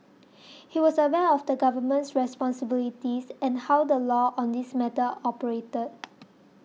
he was aware of the Government's responsibilities and how the law on this matter operated